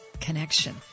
connection